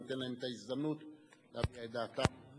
תינתן להם ההזדמנות להביע את דעתם.